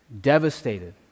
Devastated